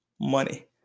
Money